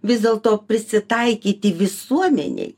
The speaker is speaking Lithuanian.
vis dėlto prisitaikyti visuomenėj